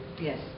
Yes